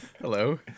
Hello